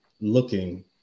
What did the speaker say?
looking